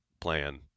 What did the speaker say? plan